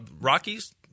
Rockies